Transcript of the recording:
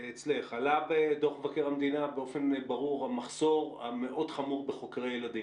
עלה בדוח מבקר המדינה באופן ברור המחסור המאוד חמור בחוקרי ילדים.